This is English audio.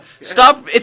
Stop